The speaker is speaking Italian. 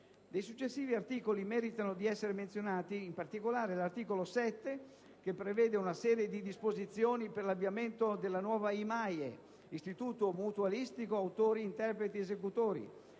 Dei successivi articoli meritano di essere menzionati, in particolare, l'articolo 7, che prevede una serie di disposizioni per l'avviamento della nuova IMAIE (Istituto mutualistico per la tutela degli artisti autori